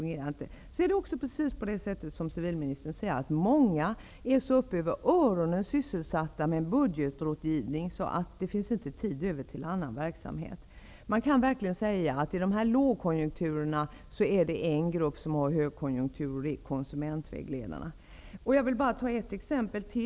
Det är även precis på det sätt som civilministern säger, nämligen att många konsumentvägledare är så upp över öronen sysselsatta med budgetrådgivning att det inte finns tid över till annan verksamhet. Man kan verkligen säga att det under en lågkonjunktur är en grupp som har högkonjunktur, och det är konsumentvägledarna. Jag vill ta upp ett annat exempel...